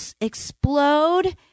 explode